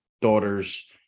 daughter's